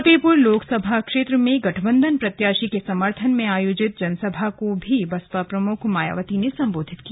फतेहपुर लोकसभा क्षेत्र में गठबंधन प्रत्याशी के समर्थन में आयोजित जनसभा को भी बसपा प्रमुख मायावती ने संबोधित किया